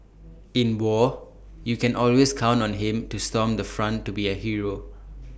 in war you can always count on him to storm the front to be A hero